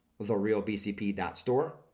therealbcp.store